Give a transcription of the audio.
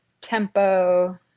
tempo